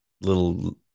little